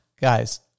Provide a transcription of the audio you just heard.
Guys